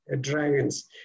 dragons